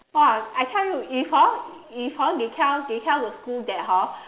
!wah! I tell you if hor if hor they tell they tell the school that hor